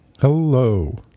Hello